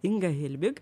inga hilbig